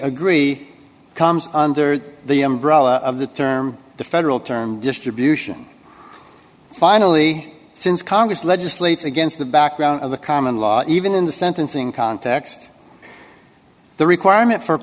agree comes under the umbrella of the term the federal term distribution finally since congress legislate against the background of the common law even in the sentencing context the requirement for